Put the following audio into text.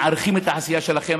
מעריכים את העשייה שלכם,